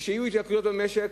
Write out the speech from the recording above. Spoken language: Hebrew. וכשיהיו התייקרויות במשק,